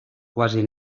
quasi